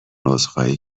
عذرخواهی